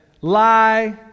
lie